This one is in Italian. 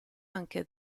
anche